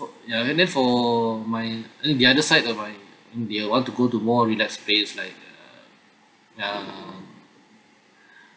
ya and then for my the other side of my they want to go to more relax place like uh ya